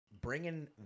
Bringing